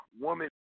woman